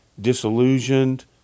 disillusioned